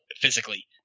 physically